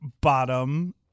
bottom